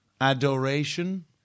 adoration